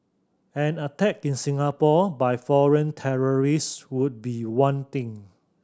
an attack in Singapore by foreign terrorists would be one thing